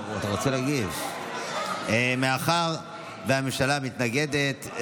מאחר שהממשלה מתנגדת,